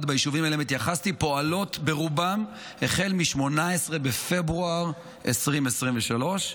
ביישובים שאליהם התייחסתי פועלות ברובן החל מ-18 בפברואר 2023,